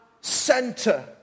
center